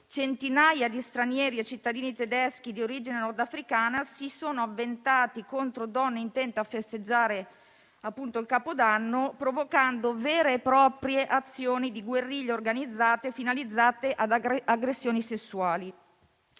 centinaia di stranieri e cittadini tedeschi di origine nordafricana si sono avventati contro donne intente a festeggiare il Capodanno, provocando vere e proprie azioni di guerriglia organizzata, finalizzate ad aggressioni sessuali.